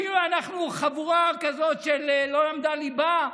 כאילו אנחנו חבורה כזאת שלא למדה ליבה: